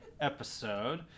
episode